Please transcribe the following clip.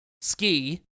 ski